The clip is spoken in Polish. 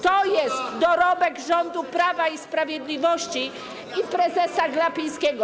To jest dorobek rządu Prawa i Sprawiedliwości oraz prezesa Glapińskiego.